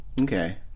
okay